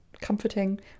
comforting